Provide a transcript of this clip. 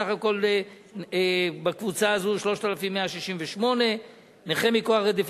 סך הכול בקבוצה הזו 3,168. נכה מכוח חוק